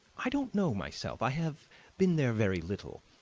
i don't know myself i have been there very little.